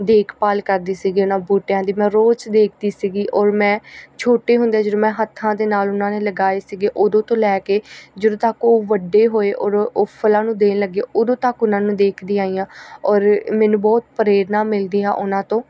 ਦੇਖਭਾਲ ਕਰਦੀ ਸੀਗੀ ਉਹਨਾਂ ਬੂਟਿਆਂ ਦੀ ਮੈਂ ਰੋਜ਼ ਦੇਖਦੀ ਸੀਗੀ ਔਰ ਮੈਂ ਛੋਟੇ ਹੁੰਦਿਆਂ ਜਦੋਂ ਮੈਂ ਹੱਥਾਂ ਦੇ ਨਾਲ ਉਹਨਾਂ ਨੇ ਲਗਾਏ ਸੀਗੇ ਉਦੋਂ ਤੋਂ ਲੈ ਕੇ ਜਦੋਂ ਤੱਕ ਉਹ ਵੱਡੇ ਹੋਏ ਉਦੋਂ ਉਹ ਫਲਾਂ ਨੂੰ ਦੇਣ ਲੱਗੇ ਉਦੋਂ ਤੱਕ ਉਹਨਾਂ ਨੂੰ ਦੇਖਦੀ ਆਈ ਹਾਂ ਔਰ ਮੈਨੂੰ ਬਹੁਤ ਪ੍ਰੇਰਨਾ ਮਿਲਦੀ ਆ ਉਹਨਾਂ ਤੋਂ